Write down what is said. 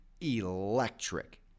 electric